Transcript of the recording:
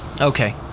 Okay